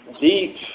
deep